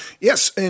yes